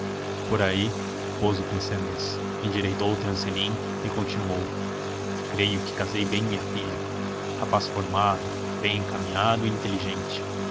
por aí pôs o pince-nez endireitou o trancelim e continuou creio que casei bem minha filha rapaz formado bem encaminhado e inteligente